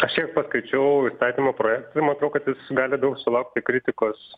aš kiek paskaičiau įstatymo projektą matau kad jis gali daug sulaukti kritikos